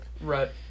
Right